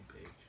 page